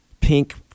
pink